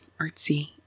artsy